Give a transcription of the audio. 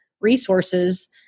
resources